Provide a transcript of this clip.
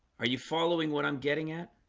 are you following what i'm getting at